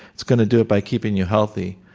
it's going to do it by keeping you healthy.